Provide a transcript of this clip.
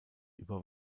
über